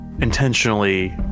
intentionally